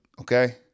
okay